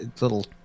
little